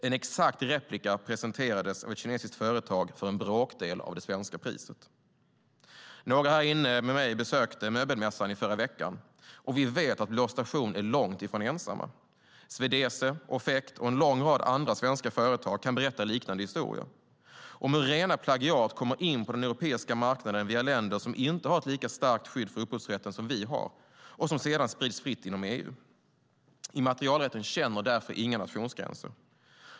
En exakt replik presenterades av ett kinesiskt företag för en bråkdel av det svenska priset. Några här inne med mig besökte möbelmässan i förra veckan. Vi vet att Blå Station är långt ifrån ensamma. Swedese, Offecct och en lång rad andra svenska företag kan berätta liknande historier. Rena plagiat kommer in på den europeiska marknaden via länder som inte har ett lika starkt skydd för upphovsrätten som vi har och sprids sedan fritt inom EU. Immaterialrätten känner därför inga nationsgränser.